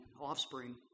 Offspring